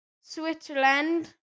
Switzerland